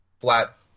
flat